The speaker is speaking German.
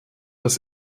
das